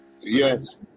Yes